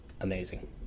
Amazing